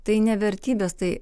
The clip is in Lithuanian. tai ne vertybės tai